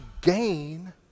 gain